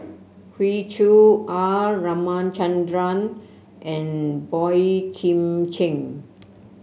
Hoey Choo R Ramachandran and Boey Kim Cheng